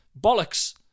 bollocks